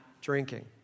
drinking